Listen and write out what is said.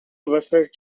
referred